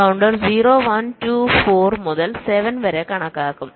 അതിനാൽ കൌണ്ടർ 0 1 2 4 മുതൽ 7 വരെ കണക്കാക്കും